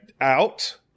out